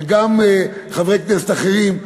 וגם חברי כנסת אחרים,